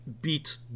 beat